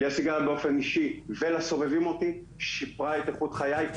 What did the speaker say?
לי הסיגריה באופן אישי ולסובבים אותי שיפרה את איכות חיי.